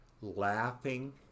Laughing